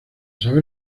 saber